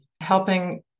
helping